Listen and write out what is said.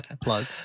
plug